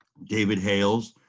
david hales,